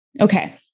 Okay